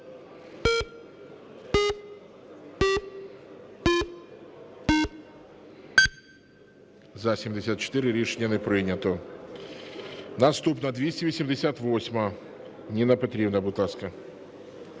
За-74. Рішення не прийнято. Наступна 288-а. Ніна Петрівна, будь ласка.